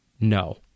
No